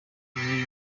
gice